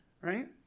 Right